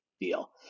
deal